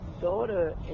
daughter